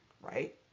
right